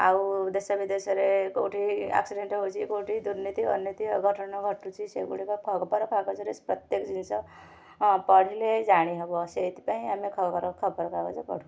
ଆଉ ଦେଶ ବିଦେଶରେ କେଉଁଠି ଆକ୍ସିଡ଼େଣ୍ଟ ହଉଛି କେଉଁଠି ଦୁର୍ନୀତି ଅନୀତି ଅଘଟଣ ଘଟୁଛି ସେଗୁଡ଼ିକ ଖବରକାଗଜରେ ପ୍ରତ୍ୟେକ ଜିନିଷ ପଢ଼ିଲେ ଜାଣିହବ ସେଇଥିପାଇଁ ଆମେ ଖବର ଖବରକାଗଜ ପଢ଼ୁ